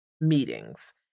meetings